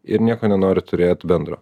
ir nieko nenori turėt bendro